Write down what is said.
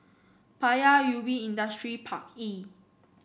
Paya Ubi Industrial Park E